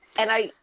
and i,